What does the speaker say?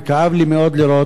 וכאב לי מאוד לראות.